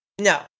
no